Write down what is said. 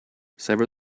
sever